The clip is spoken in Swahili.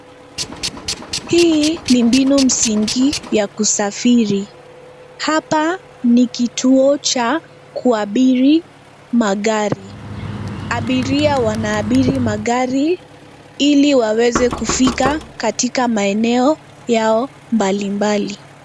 Hii ni mbinu msingi ya kusafiri. Hapa ni kituo cha kuabiri magari. Abiria wanaabiri magari ili waweze kufika katika maeneo yao mbalimbali.